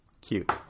Cute